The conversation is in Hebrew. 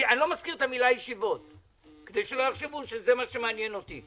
אני לא מזכיר את המילה ישיבות כדי שלא יחשבו שזה מה שמעניין אותי.